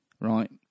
right